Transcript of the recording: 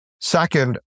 Second